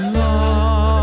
love